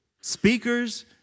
speakers